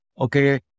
okay